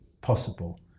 possible